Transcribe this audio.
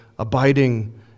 abiding